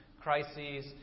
crises